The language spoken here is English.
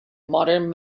modern